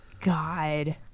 God